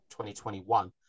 2021